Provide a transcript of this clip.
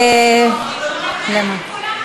רגע.